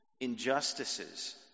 injustices